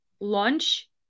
launch